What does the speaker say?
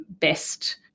best